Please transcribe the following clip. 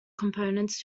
components